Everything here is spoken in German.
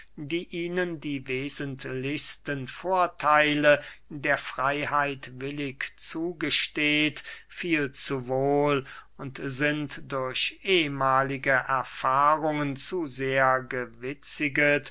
die ihnen die wesentlichsten vortheile der freyheit willig zugesteht viel zu wohl und sind durch ehmahlige erfahrungen zu sehr gewitziget